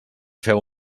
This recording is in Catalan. feu